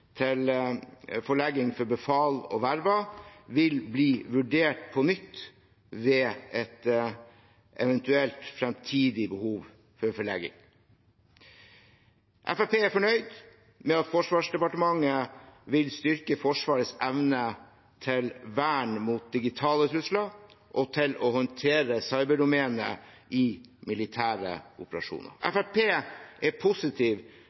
til forlegning for befal og vervede vil bli vurdert på nytt ved et eventuelt fremtidig behov for forlegning. Fremskrittspartiet er fornøyd med at Forsvarsdepartementet vil styrke Forsvarets evne til vern mot digitale trusler og til å håndtere cyberdomenet i militære operasjoner. Fremskrittspartiet er positiv